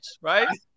right